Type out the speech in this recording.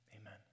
amen